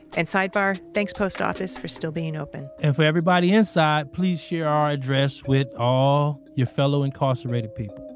and sidebar, thanks post office for still being open and for everybody inside, please share our address with all your fellow incarcerated people.